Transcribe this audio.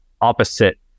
opposite